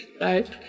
right